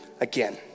again